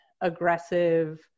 aggressive